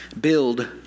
build